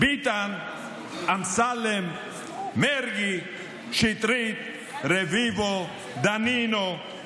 ביטן, אמסלם, מרגי, שטרית, רביבו, דנינו.